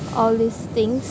all these things